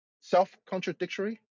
self-contradictory